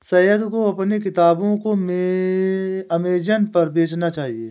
सैयद को अपने किताबों को अमेजन पर बेचना चाहिए